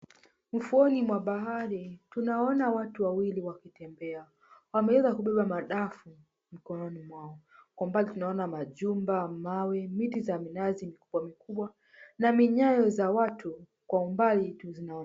Ufuoni mwa bahari, tunaona watu wawili wakitembea. Wameweza kubeba madafu mikononi mwao. Kwa umbali tunaona majumba, mawe, miti za minazi mikubwa mikubwa na minyayo za watu kwa umbali tu zinaonekana.